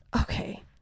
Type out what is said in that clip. okay